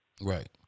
Right